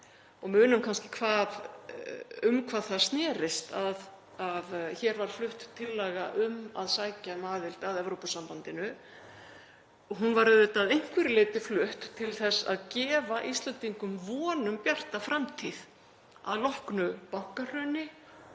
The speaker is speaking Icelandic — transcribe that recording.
og munum kannski um hvað það snerist. Hér var flutt tillaga um að sækja um aðild að Evrópusambandinu. Hún var auðvitað að einhverju leyti flutt til þess að gefa Íslendingum von um bjarta framtíð að loknu bankahruni